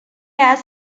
has